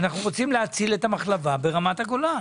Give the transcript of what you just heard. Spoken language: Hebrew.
אנחנו רוצים להציל את המחלבה ברמת הגולן